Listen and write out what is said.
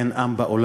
אין עם בעולם,